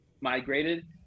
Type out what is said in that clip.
migrated